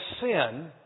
sin